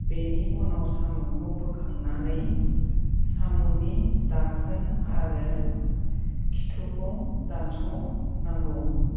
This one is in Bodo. बेनि उनाव साम'खौ बोखांनानै साम'नि दाखोन आरो खिथुखौ दानस'नांगौ